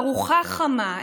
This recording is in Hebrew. ארוחה חמה,